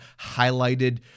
highlighted